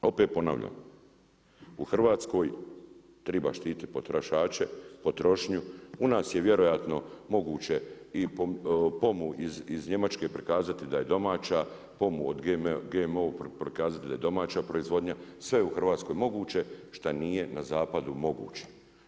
Opet ponavljam, u Hrvatskoj triba štititi potrošače, potrošnju, u nas je vjerojatno moguće i pomu iz Njemačke prikazati da je domaća, pomu od GMO prikazati da je domaća proizvodnja, sve je u Hrvatskoj moguće šta nije na zapadu moguće.